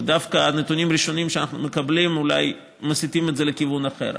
ודווקא הנתונים הראשוניים שאנחנו מקבלים אולי מסיטים את זה לכיוון אחר.